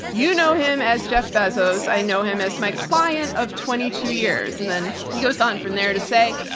you know him as jeff bezos. i know him as my client of twenty two years and then he goes on from there to say,